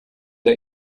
der